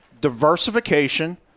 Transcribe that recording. Diversification